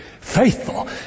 Faithful